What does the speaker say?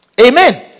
Amen